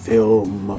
Film